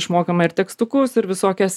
išmokome ir tekstukus ir visokias